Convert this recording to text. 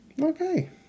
Okay